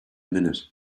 minute